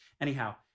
Anyhow